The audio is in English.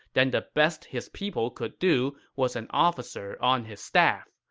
then the best his people could do was an officer on his staff.